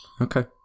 Okay